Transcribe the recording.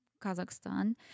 Kazakhstan